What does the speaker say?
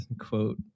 quote